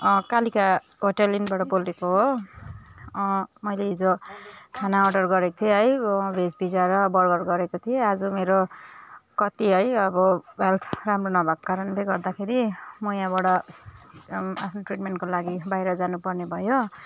Kalika hotel इनबाट बोलेको हो मैले हिजो खाना अर्डर गरेको थिएँ है भेज पिज्जा र बर्गर गरेको थिएँ आज मेरो कति है अब हेल्थ राम्रो नभएको कारणले गर्दाखेरि म यहाँबाट आफ्नो ट्रिटमेन्टको लागि बाहिर जानुपर्ने भयो